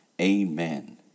Amen